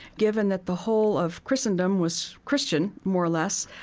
given that the whole of christendom was christian, more or less,